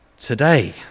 today